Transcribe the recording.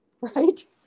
right